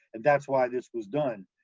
and that's why this was done.